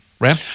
Ram